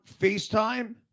FaceTime